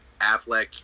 Affleck